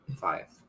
Five